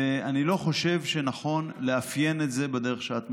ואני לא חושב שנכון לאפיין את זה בדרך שאת מציינת.